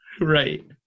Right